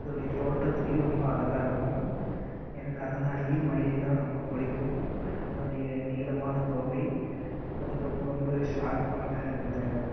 அதனுடைய தோற்றத்திலேயும் ரொம்ப அழகாக இருக்கும் எனக்கு அதனாலேயே மயில்னால் ரொம்ப பிடிக்கும் அதனுடைய நீளமான தோகை அதுக்கப்புறம் ரொம்ப ஷார்ப்பான அந்த